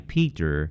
Peter